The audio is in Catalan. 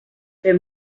fer